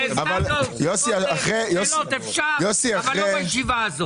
אם רוצים לשאול שאלות, אפשר, אבל לא בישיבה הזאת.